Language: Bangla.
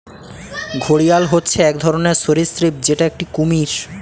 ঘড়িয়াল হচ্ছে এক ধরনের সরীসৃপ যেটা একটি কুমির